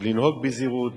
לנהוג בזהירות,